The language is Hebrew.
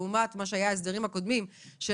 לעומת מה שהיה עד היום בהסדרים הקודמים של